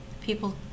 people